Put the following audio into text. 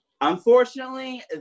unfortunately